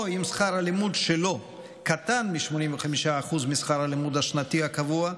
או אם שכר הלימוד שלו קטן מ-85% משכר הלימוד השנתי הקבוע,